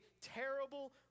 terrible